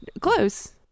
Close